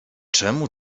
czemu